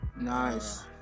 nice